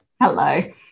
Hello